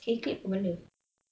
K clique apa benda